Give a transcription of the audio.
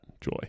joy